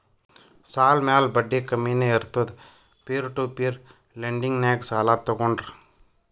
ಸಾಲ ಮ್ಯಾಲ ಬಡ್ಡಿ ಕಮ್ಮಿನೇ ಇರ್ತುದ್ ಪೀರ್ ಟು ಪೀರ್ ಲೆಂಡಿಂಗ್ನಾಗ್ ಸಾಲ ತಗೋಂಡ್ರ್